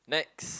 next